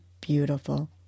beautiful